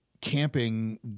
camping